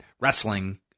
wrestling